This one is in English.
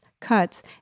cuts